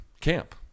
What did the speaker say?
camp